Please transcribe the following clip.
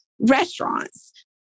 restaurants